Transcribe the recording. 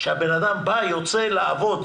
שהוא יוצא לעבוד,